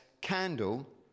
candle